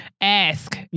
ask